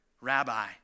rabbi